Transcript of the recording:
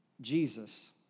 Jesus